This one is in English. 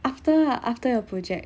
after ah after your project